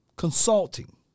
Consulting